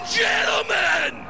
gentlemen